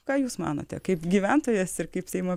ką jūs manote kaip gyventojas ir kaip seimo